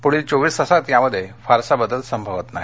पुढील चोवीस तासात यामध्ये फारसा बदल संभवत नाही